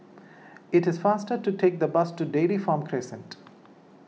it is faster to take the bus to Dairy Farm Crescent